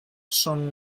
schon